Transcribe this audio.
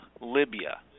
Libya